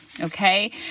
okay